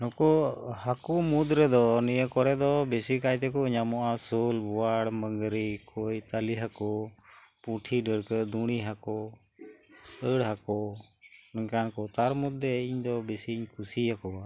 ᱱᱩᱠᱩ ᱦᱟᱹᱠᱩ ᱢᱩᱫᱽ ᱨᱮᱫᱚ ᱱᱤᱭᱟᱹ ᱠᱚᱨᱮ ᱫᱚ ᱵᱤᱥᱤ ᱠᱟᱭᱛᱮ ᱧᱟᱢᱚᱜᱼᱟ ᱥᱳᱞ ᱵᱚᱭᱟᱲ ᱢᱟᱝᱨᱤ ᱵᱳᱭᱛᱟᱞᱤ ᱦᱟᱹᱠᱩ ᱯᱩᱴᱷᱤ ᱰᱟᱹᱲᱠᱟᱹ ᱫᱩᱲᱤ ᱦᱟᱹᱠᱩ ᱟᱹᱲ ᱦᱟᱹᱠᱩ ᱱᱚᱝᱠᱟᱱ ᱠᱚ ᱛᱟᱨ ᱢᱚᱫᱫᱷᱮ ᱤᱧ ᱫᱚ ᱵᱤᱥᱤᱧ ᱠᱩᱥᱤᱭᱟᱠᱚᱣᱟ